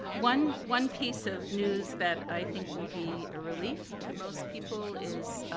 one one piece of news that i think will be a relief to most people is